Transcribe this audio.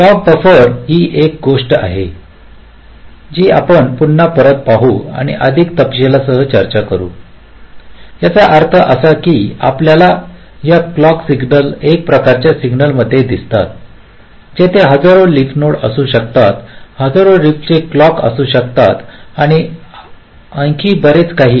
बरं clock buffer ही एक गोष्ट आहे जी आपण पुन्हा परत पाहू आणि अधिक तपशीलांसह चर्चा करू याचा अर्थ असा की आपल्याला या क्लॉक सिग्नल एका प्रकारच्या सिग्नल मध्ये दिसतात जिथे हजारो लिफ नोड असू शकतात हजारो लिफचे क्लॉक असू शकतात किंवा आणखी बरेच काही